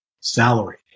salary